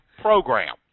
program